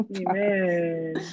Amen